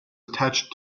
attached